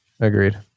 agreed